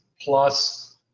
plus